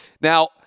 Now